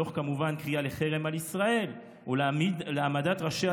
בדוח כמובן קריאה לחרם על ישראל והעמדת ראשיה